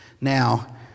Now